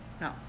No